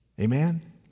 Amen